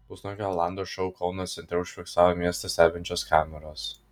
pusnuogio olando šou kauno centre užfiksavo miestą stebinčios kameros